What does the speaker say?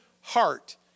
heart